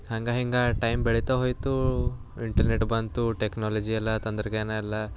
ಹಂಗೆ ಹಿಂಗೆ ಟೈಮ್ ಬೆಳೀತಾ ಹೋಯಿತು ಇಂಟರ್ನೆಟ್ ಬಂತು ಟೆಕ್ನಾಲಜಿ ಎಲ್ಲ ತಂತ್ರಜ್ಞಾನ ಎಲ್ಲ